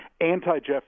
anti-Jeff